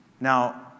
Now